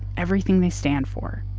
everything they stand for.